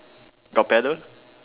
got pedal